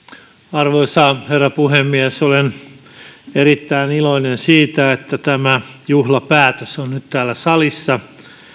arvoisa herra puhemies olen erittäin iloinen siitä että tämä juhlapäätös on nyt täällä salissa